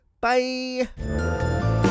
Bye